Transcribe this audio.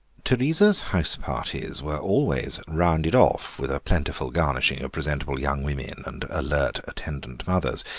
teresa's house-parties were always rounded off with a plentiful garnishing of presentable young women and alert, attendant mothers,